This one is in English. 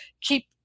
keep